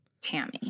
Tammy